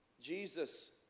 Jesus